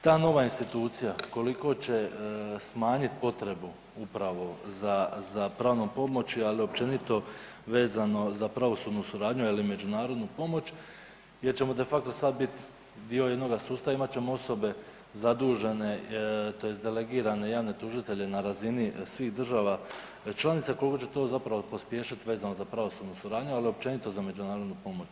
Ta nova institucija koliko će smanjit potrebu upravo za, za pravnom pomoći, al općenito vezano za pravosudnu suradnju ili međunarodnu pomoć gdje ćemo de facto sad bit dio jednog sustava, imat ćemo osobe zadužene tj. delegirane javne tužitelje na razini svih država članica koliko će to zapravo pospješiti vezano za pravosudnu suradnju, ali i općenito za međunarodnu pomoć u Hrvatskoj.